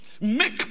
make